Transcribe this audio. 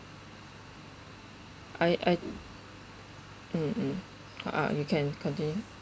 I I mmhmm a'ah you can continue